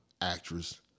actress